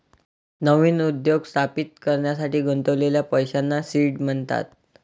नवीन उद्योग स्थापित करण्यासाठी गुंतवलेल्या पैशांना सीड म्हणतात